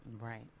right